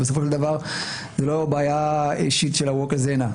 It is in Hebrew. בסופו של דבר זו לא בעיה אישית של אווקה זנה,